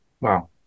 Wow